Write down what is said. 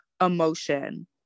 emotion